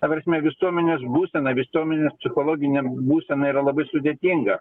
ta prasme visuomenės būsena visuomenės psichologinė būsena yra labai sudėtinga